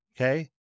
Okay